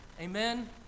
amen